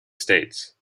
states